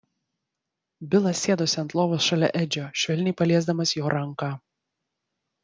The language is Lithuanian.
bilas sėdosi ant lovos šalia edžio švelniai paliesdamas jo ranką